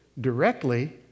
directly